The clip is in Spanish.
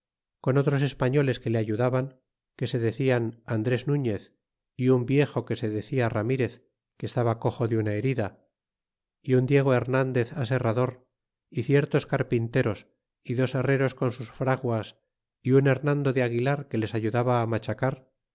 con otros españoles que le ayudaban que se decían andres nuñez y un viejo que se decía ramirez que estaba coxo de una herida y un diego hernandez aserrador y ciertos carpinteros y des herreros con sus fraguas y un hernando de aguilar que les ayudaba á machacar